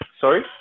Sorry